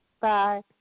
Bye